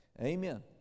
Amen